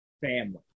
family